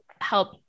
help